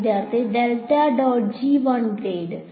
വിദ്യാർത്ഥി del dot G 1 grade